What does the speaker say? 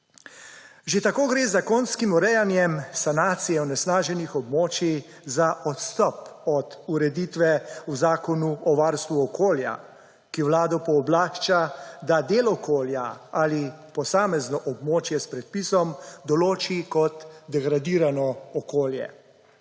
Že tako gre z zakonskim urejanjem sanacije onesnaženih območij za odstop od ureditve v Zakonu o varstvu okolja, ki Vlado pooblašča, da del okolja ali posamezno območje s predpisom določi kot degradirano okolje.